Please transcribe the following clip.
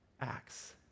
acts